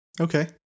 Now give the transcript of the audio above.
Okay